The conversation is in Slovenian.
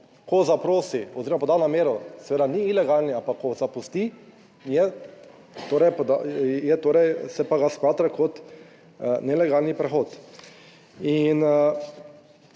Ko zaprosi oziroma poda namero seveda ni ilegalni, ampak ko zapusti se pa ga smatra kot nelegalni prehod. In